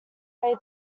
lay